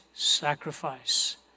sacrifice